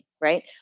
Right